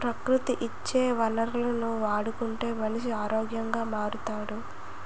ప్రకృతి ఇచ్చే వనరులను వాడుకుంటే మనిషి ఆరోగ్యంగా మారుతాడు